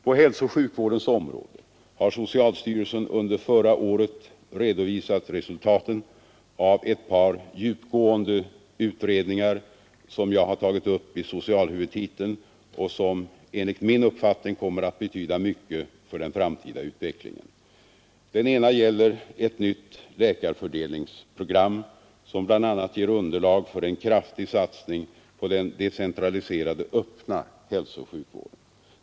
På hälsooch sjukvårdens område hade socialstyrelsen under förra året redovisat resultaten av ett par djupgående utredningar som jag har tagit upp i socialhuvudtiteln och som enligt min uppfattning kommer att betyda mycket för den framtida utvecklingen. Den ena gäller ett nytt läkarfördelningsprogram, som bl.a. ger underlag för en kraftig satsning på den decentraliserade öppna hälsooch sjukvården.